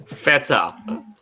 FETA